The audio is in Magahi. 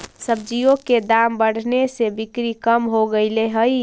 सब्जियों के दाम बढ़ने से बिक्री कम हो गईले हई